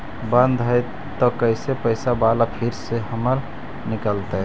बन्द हैं त कैसे पैसा बाला फिर से हमर निकलतय?